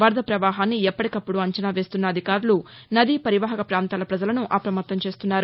వరద ప్రవాహాన్ని ఎప్పటికప్పడు అంచనా వేస్తున్న అధికారులు నదీ పరివాహక పాంతాల పజలను అప్రమత్తం చేస్తున్నారు